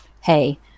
hey